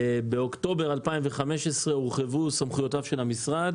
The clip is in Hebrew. באוקטובר 2015 הורחבו סמכויותיו של המשרד